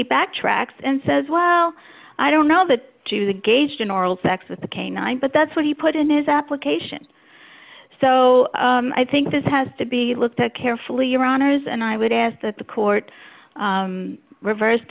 he backtracks and says well i don't know that to the gauged in oral sex with the canine but that's what he put in his application so i think this has to be looked at carefully your honour's and i would ask that the court reverse